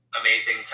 amazing